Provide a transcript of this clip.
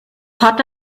hatte